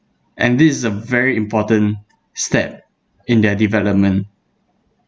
and this is a very important step in their development